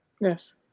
Yes